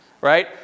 right